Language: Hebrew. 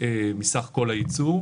מסך כל הייצור.